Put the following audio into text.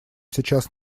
сейчас